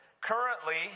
Currently